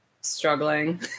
struggling